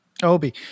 obi